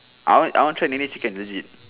I want I want try Nene chicken legit